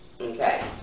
okay